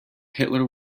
hitler